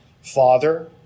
father